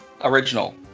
original